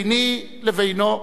ביני לבינו.